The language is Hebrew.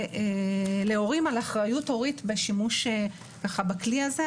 להורים על אחריות הורית בשימוש בכלי הזה.